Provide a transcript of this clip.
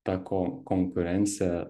ta ko konkurencija